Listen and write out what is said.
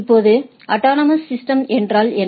இப்போது autonomous system என்றால் என்ன